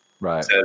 Right